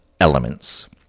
elements